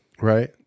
Right